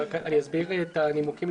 להארכת התקופה